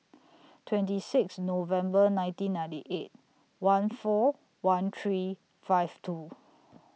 twenty six November nineteen ninety eight one four one three five two